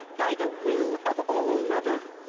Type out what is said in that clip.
by the will of all-mother!